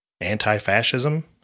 Anti-fascism